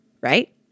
right